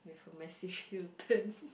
with a massive heel turn